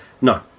No